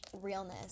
realness